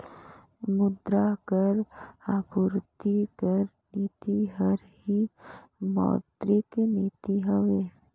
मुद्रा कर आपूरति कर नीति हर ही मौद्रिक नीति हवे